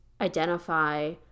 identify